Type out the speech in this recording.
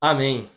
Amém